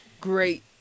Great